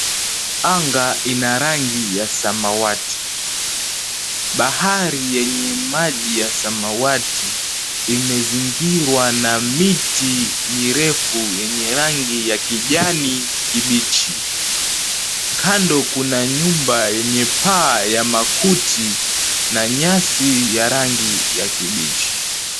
Anga ina rangi ya samawati. Bahari yenye maji ya samawati imezingirwa na miti mirefu yenye rangi ya kijani kibichi. Kando kuna nyumba yenye paa ya makuti na nyasi ya rangi ya kibichi.